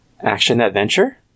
action-adventure